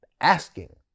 asking